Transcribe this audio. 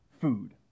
food